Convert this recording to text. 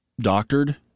doctored